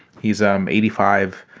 he's um eighty five.